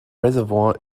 reservoir